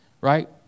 Right